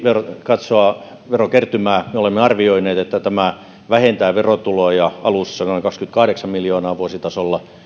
katsoa verokertymää me olemme arvioineet että tämä vähentää verotuloja alussa noin kaksikymmentäkahdeksan miljoonaa vuositasolla